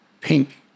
pink